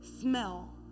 smell